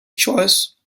choice